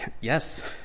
Yes